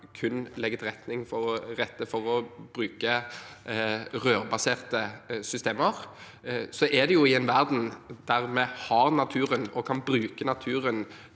kun legger til rette for å bruke rørbaserte systemer, er det i en verden der vi har og kan bruke naturen